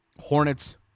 Hornets